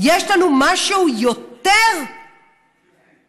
יש לנו משהו יותר עמוק,